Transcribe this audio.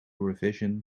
revision